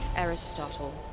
Aristotle